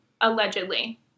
allegedly